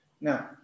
Now